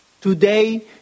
today